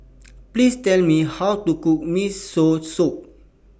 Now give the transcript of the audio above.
Please Tell Me How to Cook Miso Soup